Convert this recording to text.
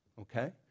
okay